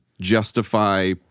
justify